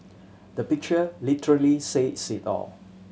the picture literally says it all